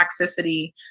toxicity